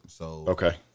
Okay